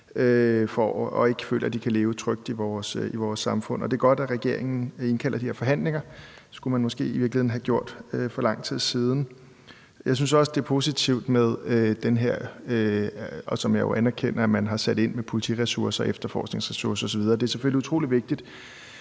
og ikke føler, at de kan leve trygt i vores samfund. Det er godt, at regeringen indkalder til de her forhandlinger; det skulle man måske i virkeligheden have gjort for lang tid siden. Jeg synes også, det er positivt, at man har sat ind med – det anerkender jeg – politiressourcer og efter forskningsressourcer osv.; det er selvfølgelig utrolig vigtigt.